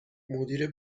مدیر